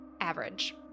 Average